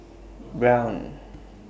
Braun